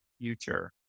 future